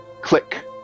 click